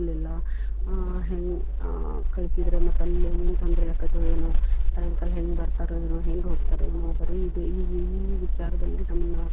ಇರಲಿಲ್ಲ ಹೆಂ ಕಳ್ಸಿದ್ರ ಮತ್ತೆ ಅಲ್ಲಿ ಏನು ತೊಂದರೆ ಆಕತ್ತೋ ಏನೋ ಸಾಯಂಕಾಲ ಹೆಂಗೆ ಬರ್ತರೊ ಏನೋ ಹೆಂಗೆ ಹೋಗ್ತರೊ ಏನೋ ಬರೀ ಇದೆ ಈ ಈ ಈ ವಿಚಾರದಲ್ಲಿ ನಮ್ನಾ